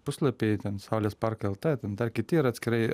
puslapiai ten saulės parkai lt ten dar kiti ir atskirai